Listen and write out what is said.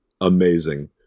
amazing